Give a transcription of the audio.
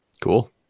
cool